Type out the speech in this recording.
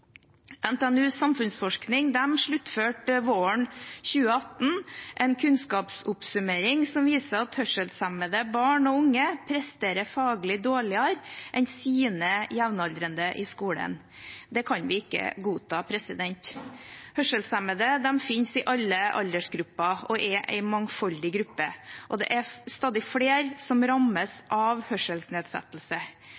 sluttførte våren 2018 en kunnskapsoppsummering som viser at hørselshemmede barn og unge presterer faglig dårligere enn sine jevnaldrende i skolen. Det kan vi ikke godta. Hørselshemmede finnes i alle aldersgrupper og er en mangfoldig gruppe, og det er stadig flere som rammes